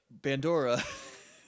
Bandora